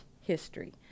history